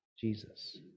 Jesus